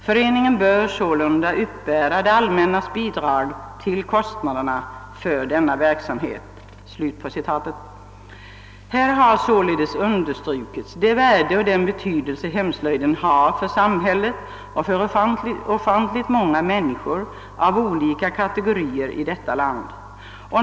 Föreningen bör sålunda uppbära det allmännas bidrag till kostnaderna för denna verksamhet.» Här har således understrukits det värde och den betydelse hemslöjden har för samhället och för ofantligt många människor av olika kategorier i detta land.